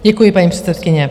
Děkuji, paní předsedkyně.